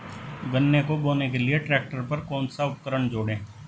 गन्ने को बोने के लिये ट्रैक्टर पर कौन सा उपकरण जोड़ें?